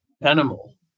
animal